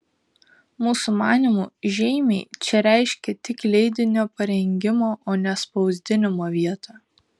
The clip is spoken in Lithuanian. mūsų manymu žeimiai čia reiškia tik leidinio parengimo o ne spausdinimo vietą